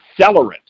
accelerant